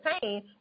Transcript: pain